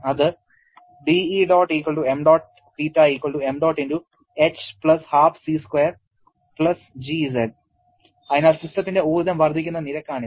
അത് അതിനാൽ സിസ്റ്റത്തിന്റെ ഊർജ്ജം വർദ്ധിക്കുന്ന നിരക്കാണിത്